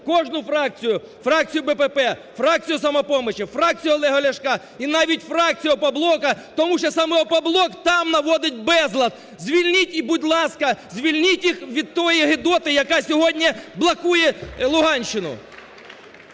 кожну фракцію, фракцію БПП, фракцію "Самопоміч", фракцію Олега Ляшка і навіть фракцію опоблоку. Тому що саме"Опоблок" там наводить безлад! Звільніть і, будь ласка, звільніть їх від тої гидоти, яка сьогодні блокує Луганщину.